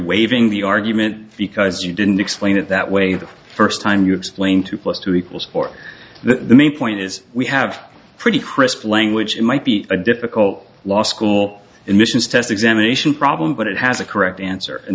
waving the argument because you didn't explain it that way the first time you explain two plus two equals four the main point is we have a pretty crisp language might be a difficult law school emissions test examination problem but it has a correct answer and